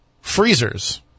freezers